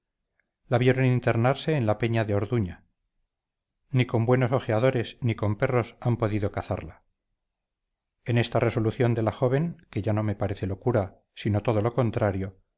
la vieron internarse en la peña de orduña ni con buenos ojeadores ni con perros han podido cazarla en esta resolución de la joven que ya no me parece locura sino todo lo contrario